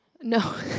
No